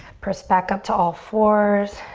press back up to all fours.